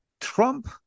Trump